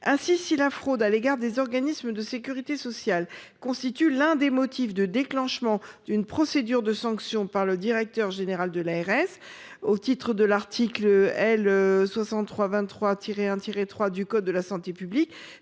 Ainsi, si la fraude à l’égard des organismes de sécurité sociale constitue l’un des motifs de déclenchement d’une procédure de sanction par le directeur général de l’ARS au titre de l’article L. 6323 1 3 du code de la santé publique,